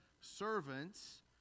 servants